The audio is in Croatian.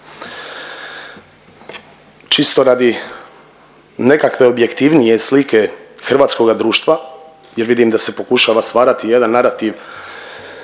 Čisto radi nekakve objektivnije slike hrvatskoga društva jer vidim da se pokušava stvarati jedan narativ,